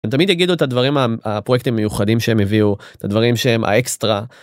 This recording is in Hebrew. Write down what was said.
תמיד יגידו את הדברים הפרקטים מיוחדים שהם הביאו את הדברים שהם האקסטרה.